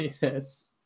Yes